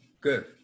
Good